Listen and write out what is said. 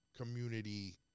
community